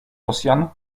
rosjan